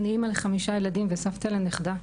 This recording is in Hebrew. אני אמא לחמישה ילדים וסבתא לנכדה.